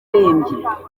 yisubuye